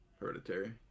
Hereditary